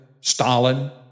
Stalin